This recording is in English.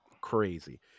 crazy